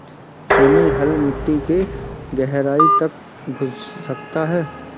छेनी हल मिट्टी में गहराई तक घुस सकता है